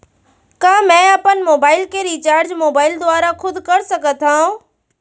का मैं अपन मोबाइल के रिचार्ज मोबाइल दुवारा खुद कर सकत हव?